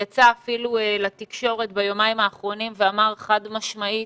יצא אפילו לתקשורת ואמר חד משמעית